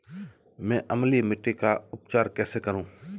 मैं अम्लीय मिट्टी का उपचार कैसे करूं?